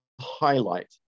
highlight